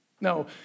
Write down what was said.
No